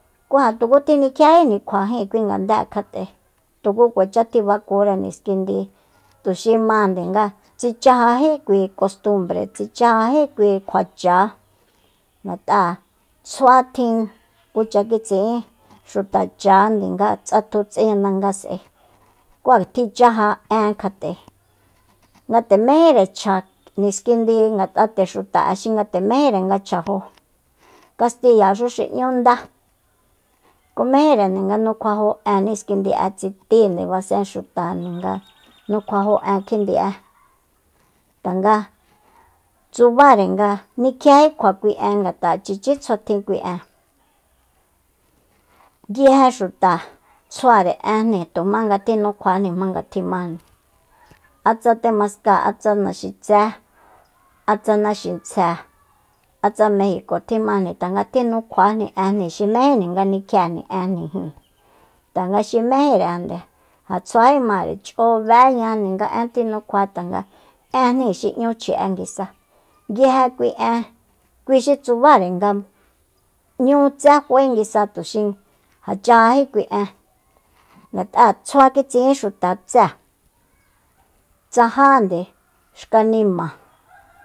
Ku ja tuku tjinikjiéjini kjua jin kui ngandée kjat'e tuku kuacha tjibakure niskindi tuxi máande nga tsichajají kui kostumbre tsichajají kui kjua chá ngat'a tsjua tjin kuacha kitsi'in xutachaá nga tsatjuts'in ndanga ngas'ae kuja tjichaja en kjat'e ngate mejínre chja niskindi ngat'a nde xuta'e ngate mejinre nga chjajo kastiya xu xi n'ñu nda kú mejínrende nga nukjuajó en niskindi'e tsitíinde basen xuta nde nga nukjuajó en kjindi'e tanga tsubare nga nikijiéjí kjua kui en ngat'a chichí tsjuatjin kui en nguije xuta tsjuare enjni tujmá tinukjuajni jmanga tjimájni a tsa tamasca a tsa naxitsée a tsa naxintsje a tsa mejico tjimajni tanga tjinukuajni éjni xi mejínjni nga nikjiéjni éjnijin tanga xi mejínrejande ja tsjuajímare ch'ó béña nga én tjinukjua tanga énjni xi n'ñu chji'e nguisa nguije kui en kui xi tsubara nga nñu tse fae nguisa tuxi ja chajají kui en ngat'a tsjua kitsi'in xuta tsée tsajánde xkanima